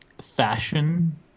fashion